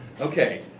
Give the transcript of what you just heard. Okay